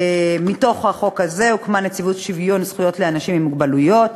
מתוך החוק הזה הוקמה נציבות שוויון זכויות לאנשים עם מוגבלות.